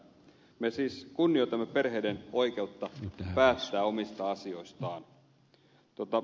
me siis kunnioitamme perheiden oikeutta päättää omista asioistaan